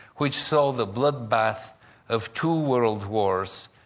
which saw the bloodbath of two world wars,